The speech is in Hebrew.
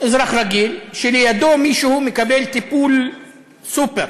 אזרח רגיל, שלידו מישהו מקבל טיפול סוּפּר,